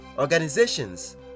Organizations